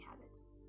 habits